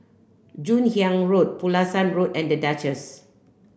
Joon Hiang Road Pulasan Road and The Duchess